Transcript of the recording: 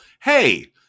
Hey